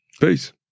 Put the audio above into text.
Peace